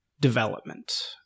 development